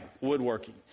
woodworking